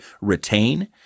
retain